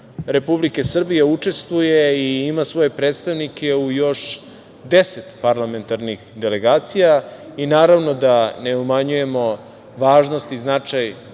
Republike Srbije učestvuje i ima svoje predstavnike u još deset parlamentarnih delegacija, i naravno da ne umanjujemo važnosti i značaj